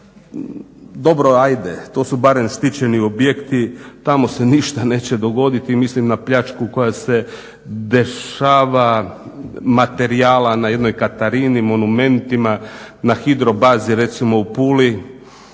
Dobro ajde to su barem štićeni objekti, tamo se ništa neće dogoditi, mislim na pljačku koja se dešava materijala na jednoj Katarini, monumentima, na Hidrobazi recimo u Puli,